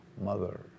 mother